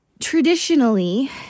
Traditionally